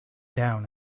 down